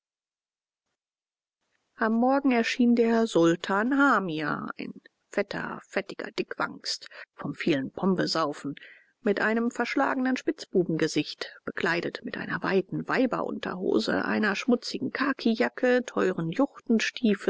am morgen erschien der sultan hamia ein fetter fettiger dickwanst vom vielen pombesaufen mit einem verschlagenen spitzbubengesicht bekleidet mit einer weiten weiberunterhose einer schmutzigen khakijacke teuren